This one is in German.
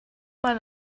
mal